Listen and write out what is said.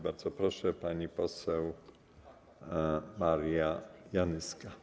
Bardzo proszę, pani poseł Maria Janyska.